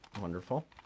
Wonderful